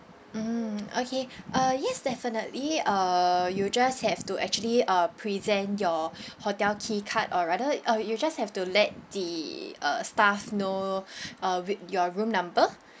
mm okay uh yes definitely uh you just have to actually uh present your hotel key card or rather uh you just have to let the uh staff know uh whi~ your room number